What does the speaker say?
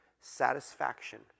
satisfaction